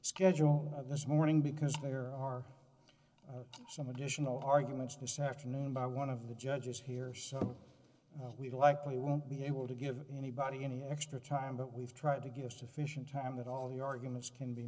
schedule this morning because there are some additional arguments to sachin and by one of the judges here so we likely won't be able to give anybody any extra time but we've tried to give sufficient time that all the arguments can be